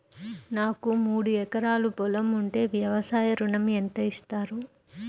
నాకు మూడు ఎకరాలు పొలం ఉంటే వ్యవసాయ ఋణం ఎంత ఇస్తారు?